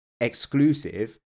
exclusive